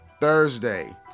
Thursday